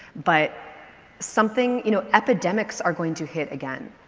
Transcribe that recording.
but something, you know, epidemics are going to hit again.